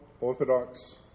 Orthodox